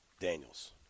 Daniels